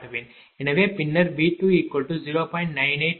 எனவே பின்னர் V20